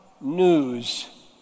news